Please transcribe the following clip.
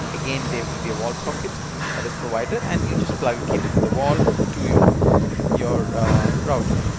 again there will be a wall socket that is provided and you just plug a cable from the wall to your your router.